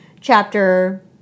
Chapter